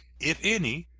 if any,